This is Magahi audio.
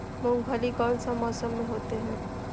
मूंगफली कौन सा मौसम में होते हैं?